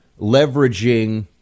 leveraging